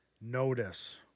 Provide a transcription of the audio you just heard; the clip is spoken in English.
notice